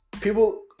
people